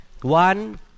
one